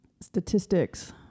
statistics